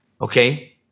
okay